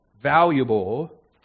valuable